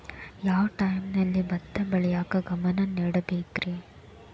ಯಾವ್ ಟೈಮಲ್ಲಿ ಭತ್ತ ಬೆಳಿಯಾಕ ಗಮನ ನೇಡಬೇಕ್ರೇ?